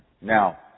Now